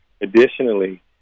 Additionally